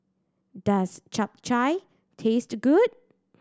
does Chap Chai taste good